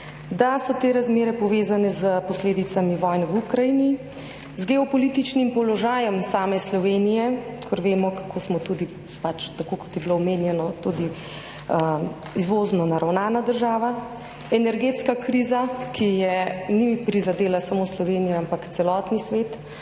da so te razmere povezane s posledicami vojne v Ukrajini, z geopolitičnim položajem same Slovenije, ker vemo, kako smo tudi pač, tako kot je bilo omenjeno, tudi izvozno naravnana država. Energetska kriza, ki je ni prizadela samo Slovenije, ampak celotni svet,